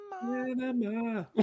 Panama